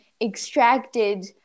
extracted